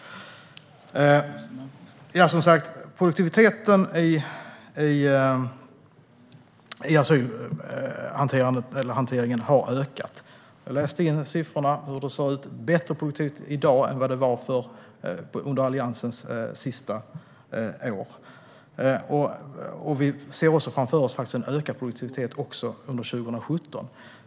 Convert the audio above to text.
Produktiviteten är högre i dag än under Alliansens sista år. Vi ser framför oss en ökad produktivitet också under 2017.